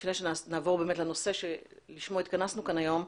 לפני שנעבור באמת לנושא שלשמו התכנסנו כאן היום,